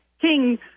king